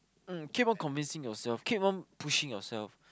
mm keep on convincing yourself keep on pushing yourself